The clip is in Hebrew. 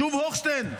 שוב הוכשטיין?